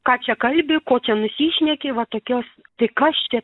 ką čia kalbi ko čia nusišneki va tokios tai kas čia